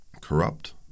Corrupt